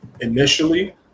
initially